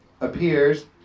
appears